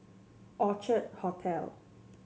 Orchard Hotel